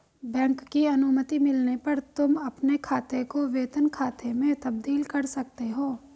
bank की अनुमति मिलने पर तुम अपने खाते को वेतन खाते में तब्दील कर सकते हो